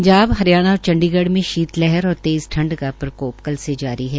पंजाब हरियाणा और चंडीगढ़ में शीत लहर और तेज़ ठंड का प्रकोप कल से जारी है